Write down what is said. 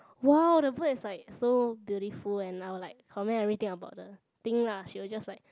!wow! the bird is like so beautiful and I will like comment everything about the thing lah she will just like